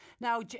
Now